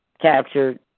captured